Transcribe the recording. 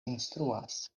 instruas